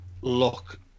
look